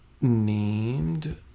named